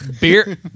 beer